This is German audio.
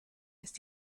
ist